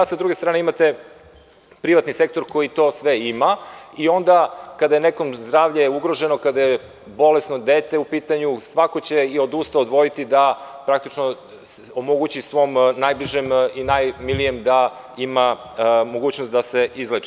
S druge strane, imate privatni sektor koji to sve ima i onda, kada je nekom zdravlje ugroženo, kada je bolesno dete u pitanju, svako će i od usta odvojiti da praktično omogući svom najbližem i najmilijem da ima mogućnost da se izleči.